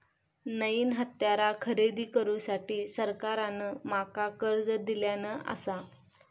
नईन हत्यारा खरेदी करुसाठी सरकारान माका कर्ज दिल्यानं आसा